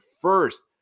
first